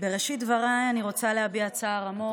בראשית דבריי, אני רוצה להביע צער עמוק